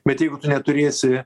bet jeigu tu neturėsi